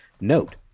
note